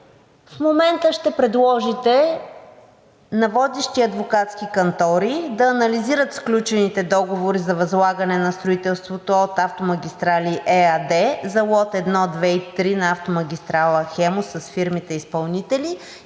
в момента ще предложите на водещи адвокатски кантори да анализират сключените договори за възлагане на строителството от „Автомагистрали“ ЕАД за лот I, II и III на автомагистрала „Хемус“ с фирмите изпълнители